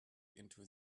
into